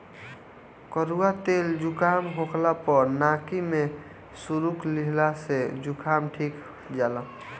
कड़ुआ तेल जुकाम होखला पअ नाकी में सुरुक लिहला से जुकाम ठिका जाला